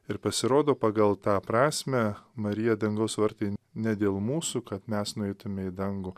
ir pasirodo pagal tą prasmę marija dangaus vartai ne dėl mūsų kad mes nueitume į dangų